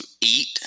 eat